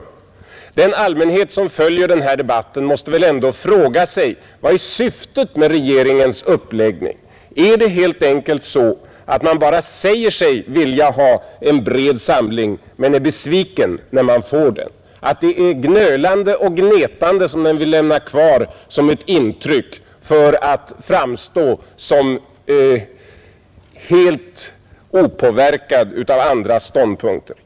Den allmänhet som följer den här debatten måste väl ändå fråga sig: Vad är syftet med regeringens uppläggning? Är det helt enkelt så, att man bara säger sig vilja ha en bred samling men är besviken när man får den, att det är gnölande och gnetande som regeringen vill lämna kvar som ett intryck för att framstå som helt opåverkad av andra ståndpunkter?